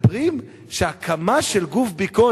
אומרים שהקמה של גוף ביקורת,